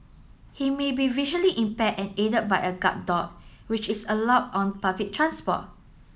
he may be visually impaired and aided by a guard dog which is allowed on public transport